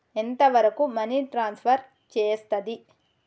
ఎంత వరకు money transfer చేయస్తది?